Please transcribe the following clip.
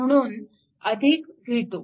म्हणून v2